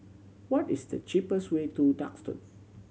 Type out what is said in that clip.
what is the cheapest way to Duxton